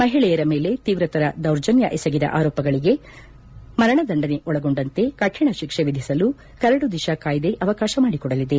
ಮಹಿಳೆಯರ ಮೇಲೆ ತೀವ್ರತರ ದೌರ್ಜನ್ಯ ಎಸಗಿದ ಆರೋಪಿಗಳಿಗೆ ಮರಣದಂಡನೆ ಒಳಗೊಂಡಂತೆ ಕಠಿಣ ಶಿಕ್ಷೆ ವಿಧಿಸಲು ಕರಡು ದಿಶಾ ಕಾಯ್ದೆ ಅವಕಾಶ ಮಾಡಿಕೊಡಲಿದೆ